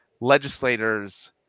legislators